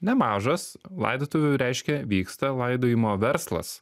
nemažas laidotuvių reiškia vyksta laidojimo verslas